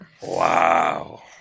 Wow